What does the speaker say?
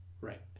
Right